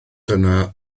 dyna